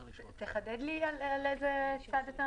השרה לשוויון חברתי ומיעוטים מירב כהן: תחדד לי על איזה צד אתה